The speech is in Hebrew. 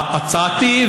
הצעתי,